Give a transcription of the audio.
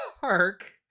park